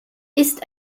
ist